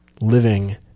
living